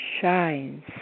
shines